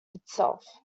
itself